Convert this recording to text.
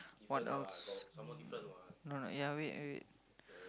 what else no no ya wait wait